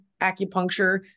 acupuncture